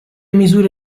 misure